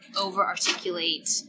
over-articulate